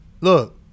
Look